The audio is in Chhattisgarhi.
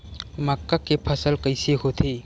मक्का के फसल कइसे होथे?